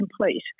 complete